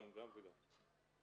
גם וגם.